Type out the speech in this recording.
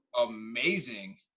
amazing